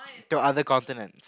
to other continent